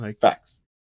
Facts